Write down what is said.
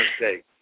mistake